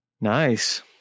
Nice